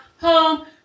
Home